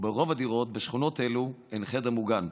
וברוב הדירות בשכונות אלו אין חדר מוגן.